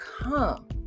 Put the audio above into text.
come